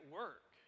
work